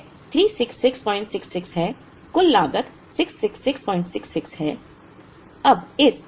तो यह 36666 है कुल लागत 66666 है